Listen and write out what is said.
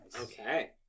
Okay